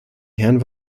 herrn